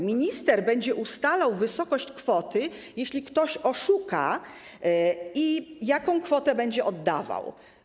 Minister będzie ustalał wysokość kwoty, jeśli ktoś oszuka, i jaką kwotę będzie oddawał.